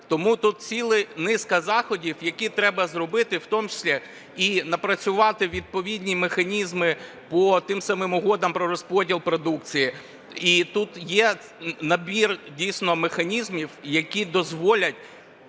Тому тут ціла низка заходів, які треба зробити, в тому числі і напрацювати відповідні механізми по тим самим угодам про розподіл продукції. І тут є набір дійсно механізмів, які дозволять